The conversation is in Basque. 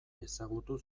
ezagutu